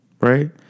right